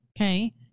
okay